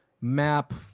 map